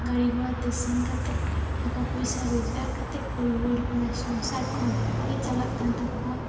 ᱜᱟᱹᱰᱤ ᱜᱷᱚᱲᱟ ᱛᱮ ᱥᱮᱱ ᱠᱟᱛᱮ ᱴᱟᱠᱟ ᱯᱳᱭᱥᱟ ᱨᱳᱡᱜᱟᱨ ᱠᱟᱛᱮ ᱠᱚ ᱨᱩᱣᱟ ᱲ ᱠᱟᱱᱟ ᱥᱚᱝᱥᱟᱨ ᱠᱚ ᱵᱷᱟᱜᱮ ᱜᱮ ᱪᱟᱞᱟᱜ ᱠᱟᱱ ᱛᱟᱠᱳᱣᱟ